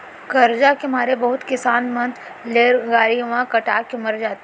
करजा के मारे बहुत किसान मन रेलगाड़ी म कटा के मर जाथें